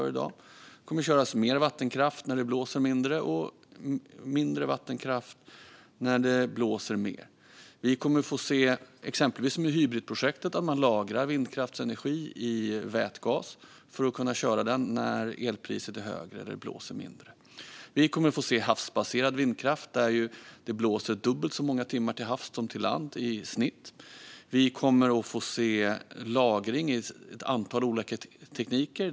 Det kommer att köras mer vattenkraft när det blåser mindre och mindre vattenkraft när det blåser mer. Vi kommer att få se, exempelvis med Hybritprojektet, att man lagrar vindkraftsenergi i vätgas för att kunna köra den när elpriset är högre och det blåser mindre. Vi kommer att få se havsbaserad vindkraft - det blåser dubbelt så många timmar till havs som till lands i genomsnitt. Vi kommer att få se lagring genom ett antal olika tekniker.